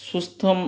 स्वस्थं